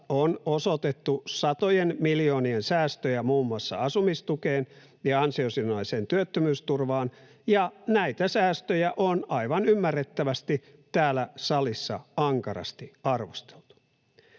on osoitettu satojen miljoonien säästöjä muun muassa asumistukeen ja ansiosidonnaiseen työttömyysturvaan, ja näitä säästöjä on aivan ymmärrettävästi täällä salissa ankarasti arvosteltu.